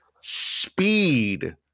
speed